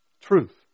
truth